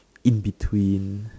in between